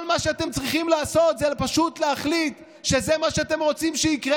כל מה שאתם צריכים לעשות זה פשוט להחליט שזה מה שאתם רוצים שיקרה,